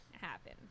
happen